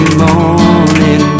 morning